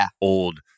old